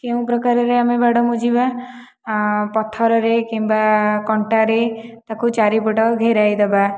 କେଉଁ ପ୍ରକାରର ଆମେ ବାଡ଼ ମୁଜିବା ପଥରରେ କିମ୍ବା କଣ୍ଟାରେ ତାକୁ ଚାରିପଟ ଘେରାଇଦେବା